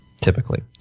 typically